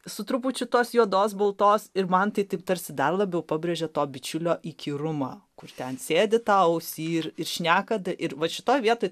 su trupučiu tos juodos baltos ir man taip tarsi dar labiau pabrėžė to bičiulio įkyrumą kur ten sėdi tau ausį ir ir šnekate ir vat šitoje vietoj